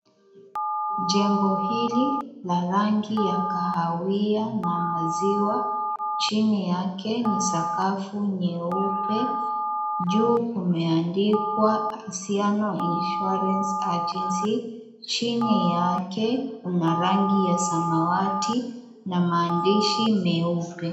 Jengo hili la rangi ya kahawia na maziwa chini yake ni sakafu nyeupe. Juu kumeandikwa Anziano Insurance Agency. Chini yake kuna rangi ya samawati na maandishi meupe.